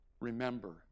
Remember